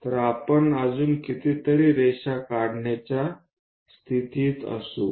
तर आपण अजून कितीतरी रेषा काढण्याच्या स्थितीत असू